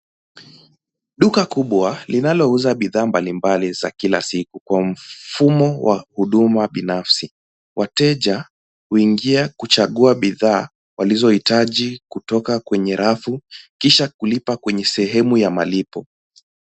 Duka kubwa linalouza bidhaa mbalimbali za kila siku kwa mfumo wa huduma binafsi. Wateja kuingia kuchagua bidhaa walizoitaji kutoka kwenye rafu kisha kulipa kwenye sehemu ya malipo.